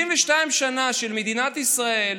ב-72 שנה של מדינת ישראל,